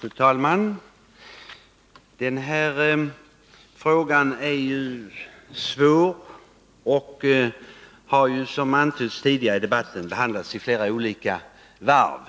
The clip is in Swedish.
Fru talman! Den här frågan är ju svår och har, som anförts tidigare i Onsdagen den debatten, behandlats i flera olika varv.